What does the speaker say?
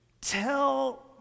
tell